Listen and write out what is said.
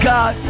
God